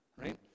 Right